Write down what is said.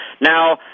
Now